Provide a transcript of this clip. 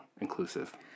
inclusive